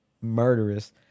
murderous